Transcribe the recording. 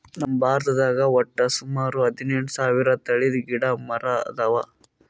ನಮ್ ಭಾರತದಾಗ್ ವಟ್ಟ್ ಸುಮಾರ ಹದಿನೆಂಟು ಸಾವಿರ್ ತಳಿದ್ ಮರ ಗಿಡ ಅವಾ